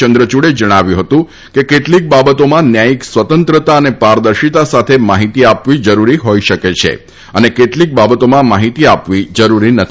ચંદ્રયૂડે જણાવ્યું હતું કે કેટલીક બાબતોમાં ન્યાયિક સ્વતંત્રતા અને પારદર્શિતા સાથે માહિતી આપવી જરૂરી હોઈ શકે છે અને કેટલીક બાબતોમાં માહિતી આપવી જરૂરી નથી